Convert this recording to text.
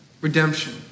Redemption